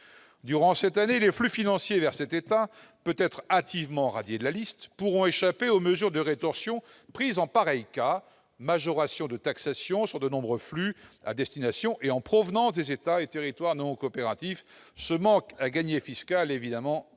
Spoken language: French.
Durant cette année, les flux financiers vers cet État, peut-être hâtivement radié, pourront échapper aux mesures de rétorsion prises en pareil cas, telles que la majoration des taxations sur de nombreux flux à destination et en provenance des États et territoires concernés. Ce manque à gagner fiscal est regrettable.